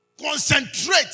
Concentrate